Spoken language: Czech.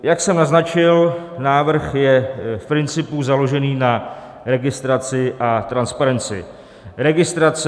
Jak jsem naznačil, návrh je v principu založen na registraci a transparenci registrace.